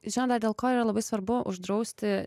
žinome dėl ko yra labai svarbu uždrausti